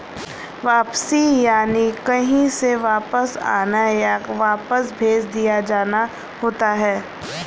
वापसी यानि कहीं से वापस आना, या वापस भेज दिया जाना होता है